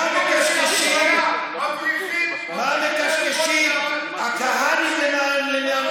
מבריחים, מה מקשקשים הכהנאים למיניהם